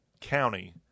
county